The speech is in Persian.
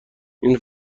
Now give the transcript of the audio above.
این